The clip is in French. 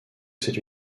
cette